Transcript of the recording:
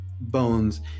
bones